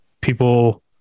people